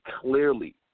clearly